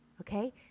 Okay